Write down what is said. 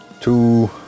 two